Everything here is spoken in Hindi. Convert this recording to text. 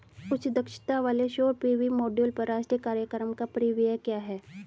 उच्च दक्षता वाले सौर पी.वी मॉड्यूल पर राष्ट्रीय कार्यक्रम का परिव्यय क्या है?